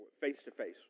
face-to-face